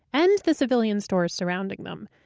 and the civilian stores surrounding them.